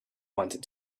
wanted